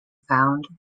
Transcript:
found